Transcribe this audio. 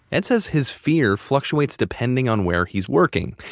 ed said his fear fluctuates depending on where he's working.